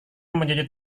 mencuci